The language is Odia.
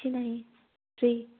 କିଛି ନାହିଁ ଫ୍ରି